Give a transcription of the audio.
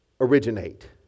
originate